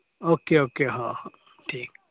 okay okay हां हां ठीक